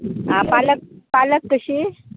आं पालक पालक कशी